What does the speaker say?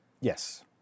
Yes